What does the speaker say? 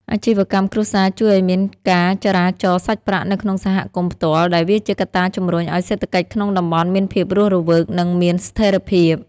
អាជីវកម្មគ្រួសារជួយឱ្យមានការចរាចរណ៍សាច់ប្រាក់នៅក្នុងសហគមន៍ផ្ទាល់ ដែលវាជាកត្តាជំរុញឱ្យសេដ្ឋកិច្ចក្នុងតំបន់មានភាពរស់រវើក និងមានស្ថិរភាព។